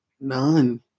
None